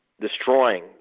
destroying